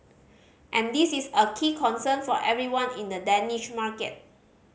and this is a key concern for everyone in the Danish market